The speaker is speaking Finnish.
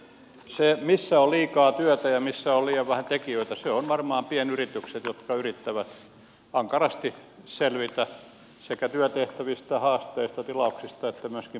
se missä on liikaa työtä ja missä on liian vähän tekijöitä se on varmaan pienyritykset jotka yrittävät ankarasti selvitä sekä työtehtävistä haasteista tilauksista että myöskin byrokratiasta